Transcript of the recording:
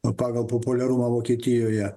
o pagal populiarumą vokietijoje